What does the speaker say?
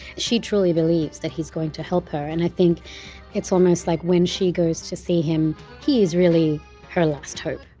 she truly believes that he's going to help her and i think it's almost like when she goes to see him he is really her last hope.